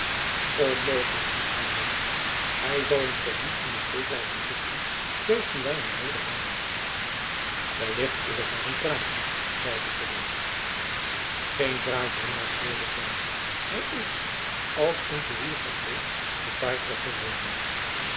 onmogelijk riep van rijp hy zal ons toch niet in de steek laten zitten juist nu wy hem noodig hebben wellicht is het maar een praatjen zeide verhoef geen praatjen hernam florisz hy is als een koerier verkleed te paard weggereden